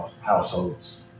Households